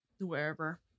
Wherever